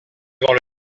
vont